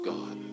God